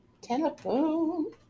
Telephone